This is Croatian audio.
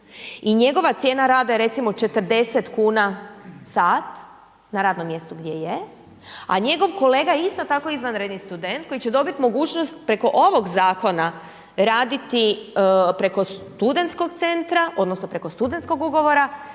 i njegova cijena rada je recimo 40 kuna sat, na radnom mjestu gdje je, a njegov kolega isto tako, izvanredni student, koji će dobiti mogućnost preko ovog Zakona, raditi preko Studentskog centra odnosno preko studentskog ugovora,